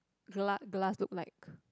glass glass look like